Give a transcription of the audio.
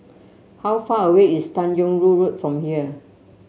how far away is Tanjong Rhu Road from here